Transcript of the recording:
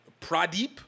Pradeep